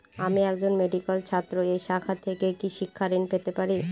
আমি একজন মেডিক্যাল ছাত্রী এই শাখা থেকে কি শিক্ষাঋণ পেতে পারি?